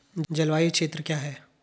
जलवायु क्षेत्र क्या है?